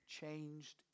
changed